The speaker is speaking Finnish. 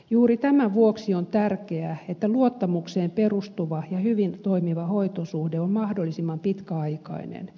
juuri tämän vuoksi on tärkeää että luottamukseen perustuva ja hyvin toimiva hoitosuhde on mahdollisimman pitkäaikainen